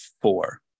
four